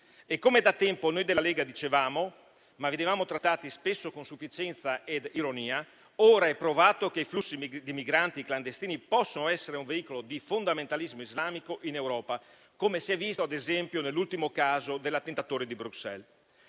Come da tempo noi della Lega dicevamo, ma venivamo trattati spesso con sufficienza e ironia, ora è provato che i flussi di migranti clandestini possono essere un veicolo di fondamentalismo islamico in Europa, come si è visto, ad esempio, nell'ultimo caso dell'attentatore di Bruxelles.